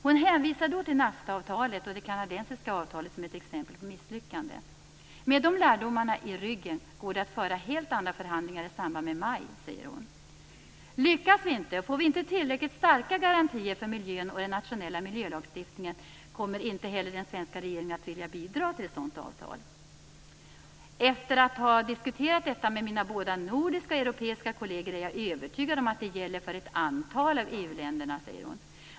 Hon hänvisar då till NAFTA-avtalet och det kanadensiska avtalet som ett exempel på misslyckande. Med de lärdomarna i ryggen går det att föra helt andra förhandlingar i samband med MAI, säger hon. Lyckas vi inte och får vi inte tillräckligt starka garantier för miljön och den nationella miljölagstiftingen kommer inte heller den svenska regeringen att vilja bidra till ett sådant avtal, säger hon. Efter att ha diskuterat detta med både mina nordiska och mina europeiska kolleger är jag övertygad om att det gäller för ett antal av EU-länderna, säger hon.